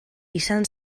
izan